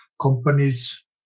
companies